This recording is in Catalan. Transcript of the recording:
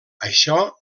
això